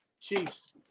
Chiefs